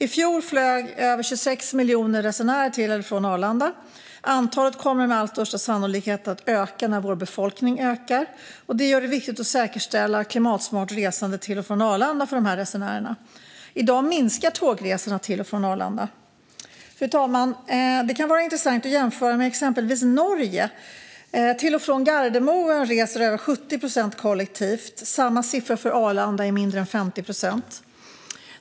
I fjol flög över 26 miljoner resenärer till eller från Arlanda. Antalet kommer med allra största sannolikhet att öka när vår befolkning ökar, och detta gör det viktigt att säkerställa klimatsmart resande till och från Arlanda för dessa resenärer. I dag minskar tågresorna till och från Arlanda. Fru talman! Det kan vara intressant att jämföra med exempelvis Norge. Till och från Gardermoen reser över 70 procent kollektivt; samma siffra för Arlanda är mindre än 50 procent.